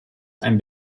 ein